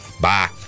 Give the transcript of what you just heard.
Bye